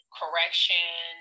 correction